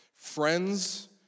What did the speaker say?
friends